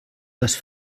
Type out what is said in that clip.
les